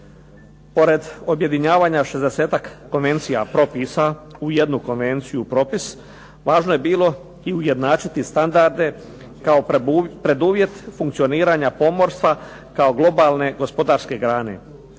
Pored objedinjavanja 60-ak konvencija propisa u jednu konvenciju, propis, važno je bilo i ujednačiti standarde kao preduvjet funkcioniranja pomorstva kao globalne gospodarske grane